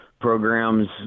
programs